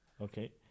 Okay